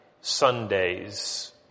Sundays